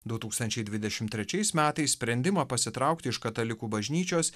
du tūkstančiai dvidešimt trečiais metais sprendimą pasitraukti iš katalikų bažnyčios